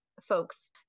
folks